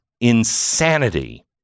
insanity